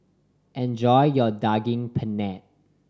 enjoy your Daging Penyet